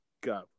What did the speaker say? go